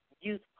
youth